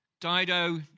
Dido